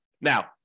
Now